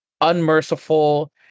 unmerciful